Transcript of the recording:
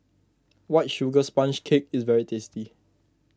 White Sugar Sponge Cake is very tasty